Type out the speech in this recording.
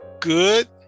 Good